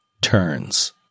turns